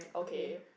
kay